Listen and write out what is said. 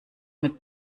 mit